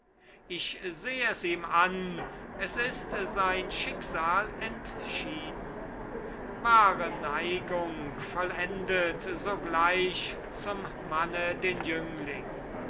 ich seh es ihm an es ist sein schicksal entschieden wahre neigung vollendet sogleich zum manne den jüngling